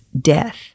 death